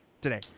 today